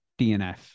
DNF